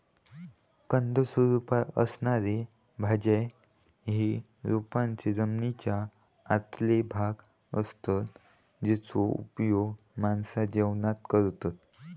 कंद स्वरूपात असणारे भाज्ये हे रोपांचे जमनीच्या आतले भाग असतत जेचो उपयोग माणसा जेवणात करतत